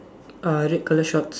uh red colour shorts